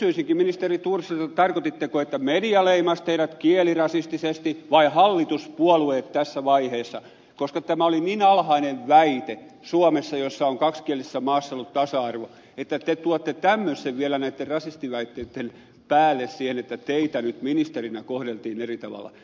kysyisinkin ministeri thorsilta tarkoititteko että media leimasi teidät kielirasistisesti vai hallituspuolueet tässä vaiheessa koska tämä oli niin alhainen väite suomessa jossa on kaksikielisessä maassa ollut tasa arvo että te tuotte tämmöisen vielä näitten rasistiväitteitten päälle siihen että teitä nyt ministerinä kohdeltiin eri tavalla